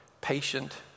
patient